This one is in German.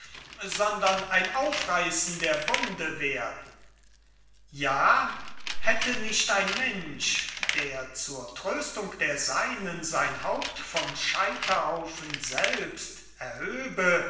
sondern ein aufreißen der wunde werden ja hätte nicht ein mensch der zur tröstung der seinen sein haupt vom scheiterhaufen selbst erhöbe